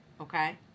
Okay